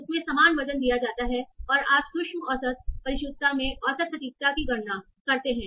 उन्हें समान वजन दिया जाता है और आप सूक्ष्म औसत परिशुद्धता में औसत सटीकता की गणना करते हैं